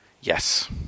Yes